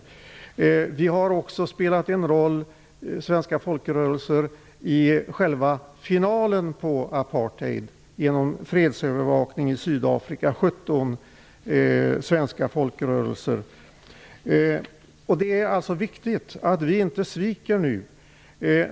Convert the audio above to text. Svenska folkrörelser har också spelat en roll i själva finalen i bekämpandet av apartheid genom fredsövervakning i Sydafrika. 17 svenska folkrörelser deltog i den uppgiften. Det är viktigt att vi inte sviker nu.